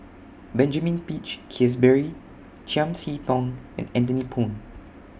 Benjamin Peach Keasberry Chiam See Tong and Anthony Poon